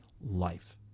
life